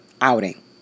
outing